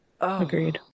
Agreed